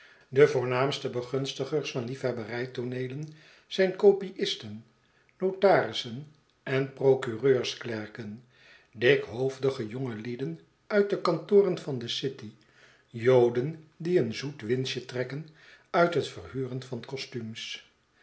de voornaamste begunstigers van liefhebberijtooneelen zijn kopiisten notarisen en procureursklerken dikhoofdige jongelieden uit de kantoren van de city joden die een zoet winstje trekken uit het verhuren van costumes